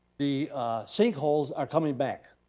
the sinkholes are coming back.